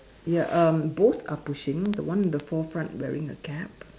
ya um both are pushing the one in the fore front wearing a cap